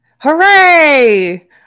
Hooray